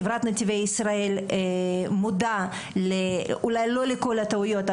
חברת נתיבי ישראל מודעת אולי לא לכל הטעויות,